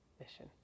mission